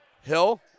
Hill